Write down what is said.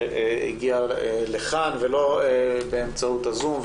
שהגיעה לכנסת ותדבר לא באמצעות הזום.